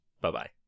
Bye-bye